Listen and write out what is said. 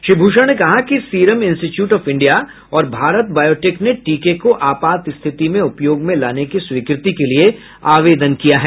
श्री भूषण ने कहा कि सीरम इन्स्टीट्यूट ऑफ इंडिया और भारत बायोटेक ने टीके को आपात स्थिति में उपयोग में लाने की स्वीकृति के लिए आवेदन किया है